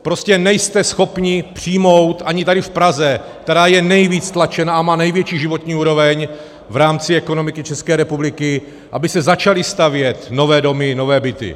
Prostě nejste schopni přijmout ani tady v Praze, která je nejvíc tlačena a má největší životní úroveň v rámci ekonomiky České republiky, aby se začaly stavět nové domy, nové byty.